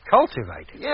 Cultivated